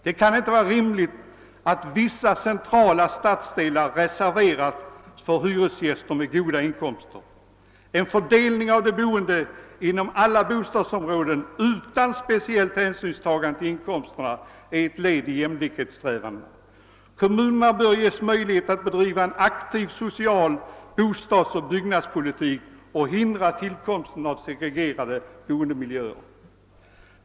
Det kan inte vara rimligt att vissa centrala stadsdelar reserveras för hyresgäster med goda inkomster. En fördelning av de boende inom alla bostadsområden utan speciellt hänsynstagande till inkomsterna är ett led i jämlikhetssträvandena. Kommunerna bör ges möjlighet att bedriva en aktiv social bostadsoch byggnadspolitik och hindra tillkomsten av segregerade boendemiljöer.